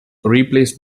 replaced